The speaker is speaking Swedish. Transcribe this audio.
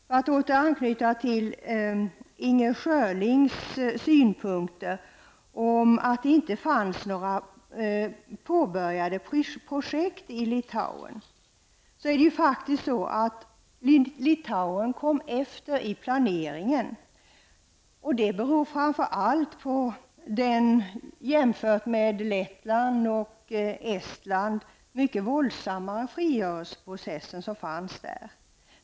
För att åter anknyta till Inger Schörlings synpunkter om att det inte fanns några påbörjade projekt i Litauen vill jag säga följande. Litauen kom faktiskt efter i planeringen. Det beror framför allt på den, jämfört med förhållandena i Lettland och Estland, mycket våldsamma frigörelseprocess som skedde i Litauen.